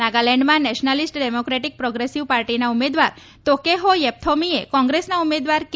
નાગાલેન્ડમાં nationalist democratic progressive પાર્ટીના ઉમેદવાર તોકેહો યેય્યોમીએ કોંગ્રેસના ઉમેદવાર કે